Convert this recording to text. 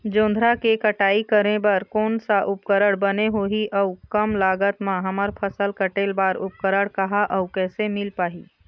जोंधरा के कटाई करें बर कोन सा उपकरण बने होही अऊ कम लागत मा हमर फसल कटेल बार उपकरण कहा अउ कैसे मील पाही?